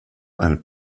and